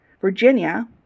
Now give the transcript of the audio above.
Virginia